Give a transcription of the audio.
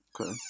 Okay